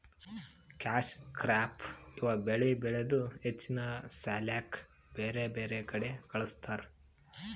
cash crop ಇವ್ ಬೆಳಿ ಬೆಳದು ಹೆಚ್ಚಿನ್ ಸಾಲ್ಯಾಕ್ ಬ್ಯಾರ್ ಬ್ಯಾರೆ ಕಡಿ ಕಳಸ್ತಾರ್